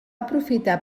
aprofitar